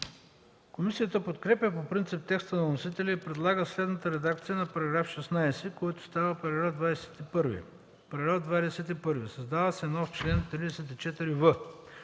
Комисията подкрепя по принцип текста на вносителя и предлага следната редакция на § 17, който става § 22: „§ 22. Създава се нов чл. 34г: